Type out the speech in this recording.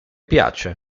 piace